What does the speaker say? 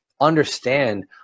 understand